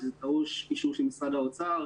שזה דרוש אישור של משרד האוצר,